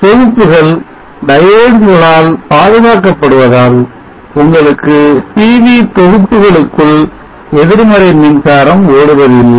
தொகுப்புகள் diodes களால் பாதுகாக்கப்படுவதால் உங்களுக்கு PV தொகுப்புகளுக்குள் எதிர்மறை மின்சாரம் ஓடுவதில்லை